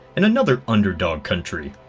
in another underdog country.